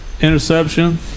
Interception